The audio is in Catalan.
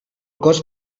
cos